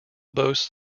boasts